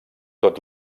tot